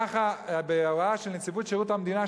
ככה בהוראה של נציבות שירות המדינה,